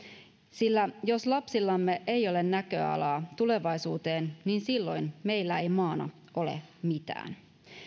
sillä jos lapsillamme ei ole näköalaa tulevaisuuteen niin silloin meillä ei maana ole mitään